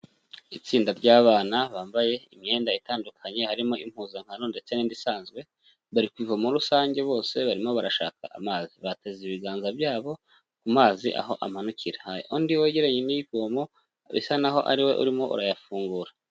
Itsinda ry'abana bambaye imyenda itandukanye harimo impuzankano ndetse n'indi isanzwe bari ku ivomo rusange bose barimo barashaka amazi, bateze ibiganza byabo ku mazi aho amanukira hari undi wegeranye n'ivomo bisa naho ariwe urimo urayafungura.